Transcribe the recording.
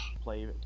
play